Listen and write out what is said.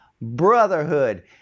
Brotherhood